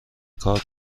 کار